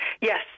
Yes